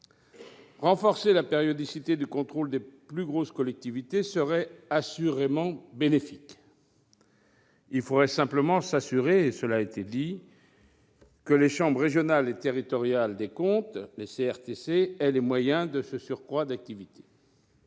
Renforcer la périodicité du contrôle des plus grosses collectivités serait assurément bénéfique. Il faudrait simplement s'assurer que les chambres régionales et territoriales des comptes, les CRTC, aient les moyens de ce surcroît d'activité.